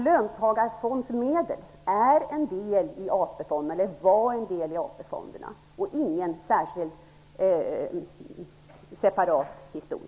Löntagarfondsmedlen var en del i AP-fonderna och ingen separat del.